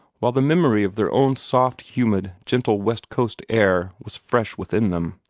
while the memory of their own soft, humid, gentle west-coast air was fresh within them.